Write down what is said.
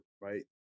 right